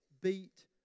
beat